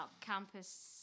campus